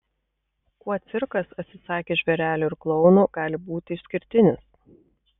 kuo cirkas atsisakęs žvėrelių ir klounų gali būti išskirtinis